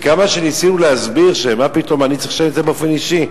כמה שניסינו להסביר שמה פתאום אני צריך לשלם את זה באופן אישי,